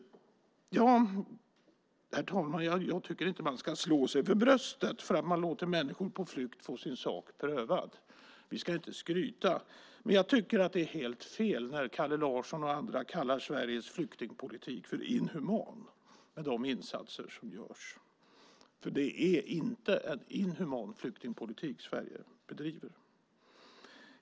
Fru talman! Jag tycker inte att man ska slå sig för bröstet för att man låter människor på flykt få sin sak prövad - vi ska inte skryta. Men jag tycker att det är helt fel när Kalle Larsson och andra kallar Sveriges flyktingpolitik inhuman, med de insatser som görs. Det är inte en inhuman flyktingpolitik Sverige bedriver.